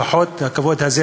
לפחות הכבוד הזה,